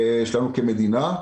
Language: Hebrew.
יש לנו כמדינה.